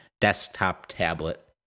desktop-tablet